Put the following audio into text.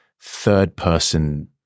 third-person